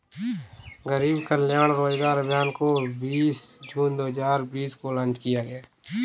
गरीब कल्याण रोजगार अभियान को बीस जून दो हजार बीस को लान्च किया गया था